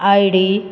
ID